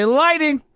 lighting